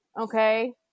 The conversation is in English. okay